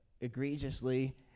egregiously